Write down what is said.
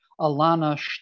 Alana